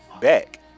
back